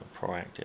proactive